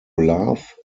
laugh